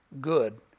good